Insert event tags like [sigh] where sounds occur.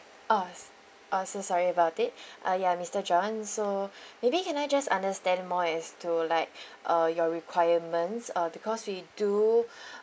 oh oh so sorry about it [breath] uh ya mister john so [breath] maybe you can I just understand more as to like [breath] uh your requirements uh because we do [breath]